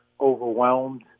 overwhelmed